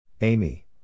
Amy